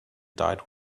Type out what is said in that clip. died